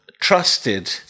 trusted